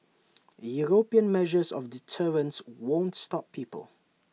european measures of deterrence won't stop people